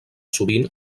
sovint